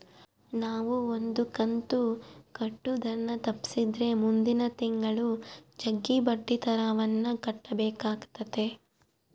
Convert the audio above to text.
ನಾವು ಒಂದು ಕಂತು ಕಟ್ಟುದನ್ನ ತಪ್ಪಿಸಿದ್ರೆ ಮುಂದಿನ ತಿಂಗಳು ಜಗ್ಗಿ ಬಡ್ಡಿದರವನ್ನ ಕಟ್ಟಬೇಕಾತತೆ